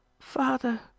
Father